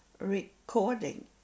recording